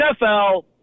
NFL